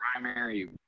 primary